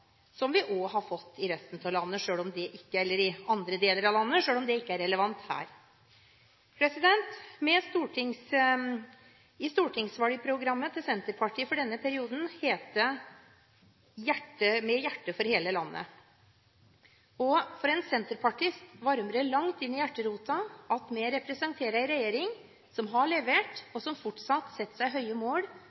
som vi også har fått i andre deler av landet, selv om det ikke er relevant her. Stortingsvalgprogrammet til Senterpartiet for denne perioden heter «Med hjerte for hele landet». For en senterpartist varmer det langt inn i hjerterota at vi representerer en regjering som har levert, og som fortsatt setter seg høye mål